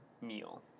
meal